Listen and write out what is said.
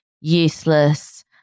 useless